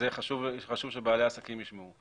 וחשוב שבעלי העסקים ישמעו.